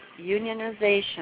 unionization